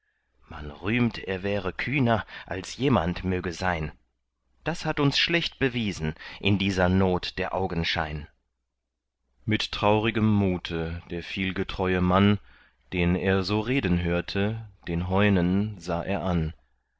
man rühmt er wäre kühner als jemand möge sein das hat uns schlecht bewiesen in dieser not der augenschein mit traurigem mute der vielgetreue mann den er so reden hörte den heunen sah er an